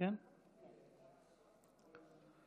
תוצאות